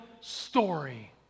story